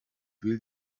will